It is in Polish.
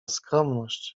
skromność